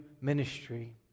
ministry